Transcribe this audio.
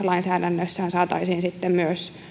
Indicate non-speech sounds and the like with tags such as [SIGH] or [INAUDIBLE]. [UNINTELLIGIBLE] lainsäädännössään saataisiin asia sitten myös